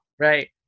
Right